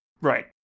right